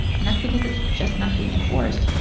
and that's because it's just not being enforced.